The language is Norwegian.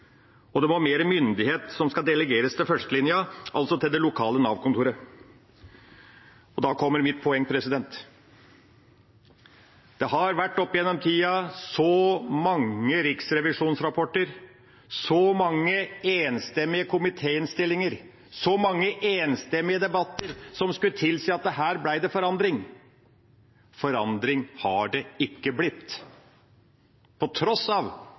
og det må til mer myndighet som skal delegeres til førstelinja, altså til det lokale Nav-kontoret. Da kommer mitt poeng: Det har opp igjennom tida vært så mange riksrevisjonsrapporter, så mange enstemmige komitéinnstillinger, så mange enstemmige debatter som skulle tilsi at her ble det forandring. Forandring har det ikke blitt på tross av